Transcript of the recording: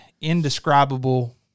indescribable